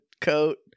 coat